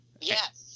Yes